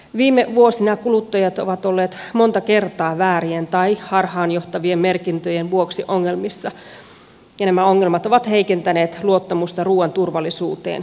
viime vuosina kuluttajat ovat olleet monta kertaa väärien tai harhaanjohtavien merkintöjen vuoksi ongelmissa ja nämä ongelmat ovat heikentäneet luottamusta ruuan turvallisuuteen ja alkuperään